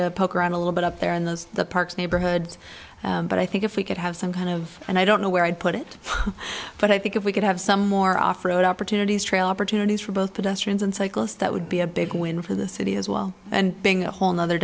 to poke around a little bit up there in those parks neighborhoods but i think if we could have some kind of and i don't know where i'd put it but i think if we could have some more off road opportunities trail opportunities for both pedestrians and cyclists that would be a big win for the city as well and being a whole nother